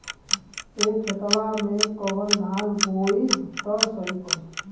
ए खेतवा मे कवन धान बोइब त सही पड़ी?